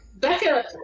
Becca